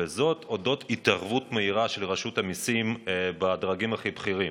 וזאת הודות להתערבות מהירה של רשות המיסים בדרגים הכי בכירים,